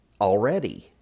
already